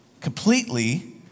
Completely